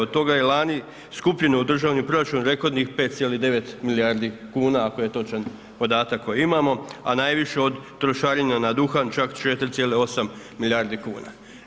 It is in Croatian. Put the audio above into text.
Od toga je lani skupljeno u državni proračun rekordnih 5,9 milijardi kuna ako je točna podatak koji imamo a najviše od trošarina na duhan, čak 4,8 milijardi kuna.